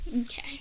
Okay